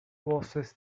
voces